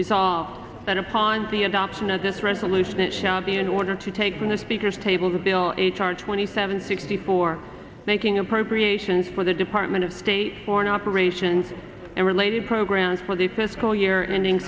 that upon the adoption of this resolution it shall be in order to take from the speaker's table bill h r twenty seven sixty four making appropriations for the department of state for an operation and related programs for the fiscal year ending